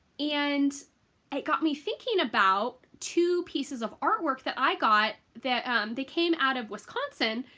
and it got me thinking about two pieces of artwork that i got that they came out of wisconsin.